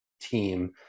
Team